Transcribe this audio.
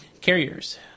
Carriers